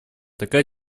такая